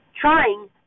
trying